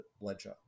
ledger